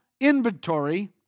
inventory